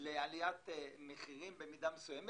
לעליית מחירים במידה מסוימת.